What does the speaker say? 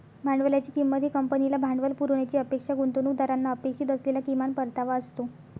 भांडवलाची किंमत ही कंपनीला भांडवल पुरवण्याची अपेक्षा गुंतवणूकदारांना अपेक्षित असलेला किमान परतावा असतो